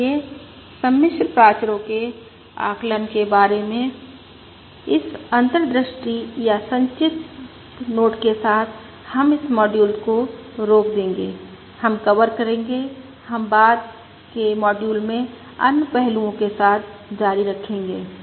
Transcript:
इसलिए सम्मिश्र प्राचरो के आकलन के बारे में इस अंतर्दृष्टि या संक्षिप्त नोट के साथ हम इस मॉड्यूल को रोक देंगे हम कवर करेंगे हम बाद के मॉड्यूल में अन्य पहलुओं के साथ जारी रखेंगे